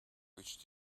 which